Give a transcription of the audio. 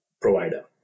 provider